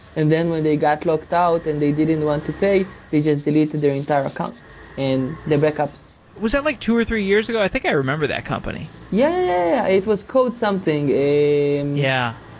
and then when they got locked out and they didn't want to pay, they just deleted their entire account and their backups was that like two or three years ago? i think i remember that company yeah. it was code something yeah. and yeah,